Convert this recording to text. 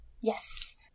Yes